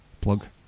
plug